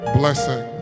blessing